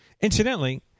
Incidentally